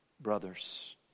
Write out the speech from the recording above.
brothers